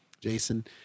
Jason